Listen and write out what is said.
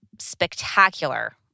spectacular